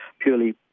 purely